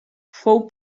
fou